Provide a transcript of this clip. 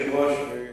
אדוני היושב-ראש,